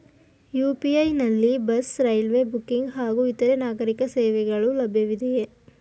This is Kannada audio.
ಯು.ಪಿ.ಐ ನಲ್ಲಿ ಬಸ್, ರೈಲ್ವೆ ಬುಕ್ಕಿಂಗ್ ಹಾಗೂ ಇತರೆ ನಾಗರೀಕ ಸೇವೆಗಳು ಲಭ್ಯವಿದೆಯೇ?